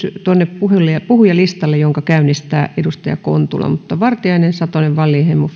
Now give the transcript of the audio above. tuonne puhujalistalle puhujalistalle jonka käynnistää edustaja kontula vartiainen satonen wallinheimo